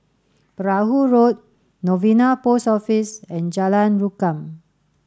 Perahu Road Novena Post Office and Jalan Rukam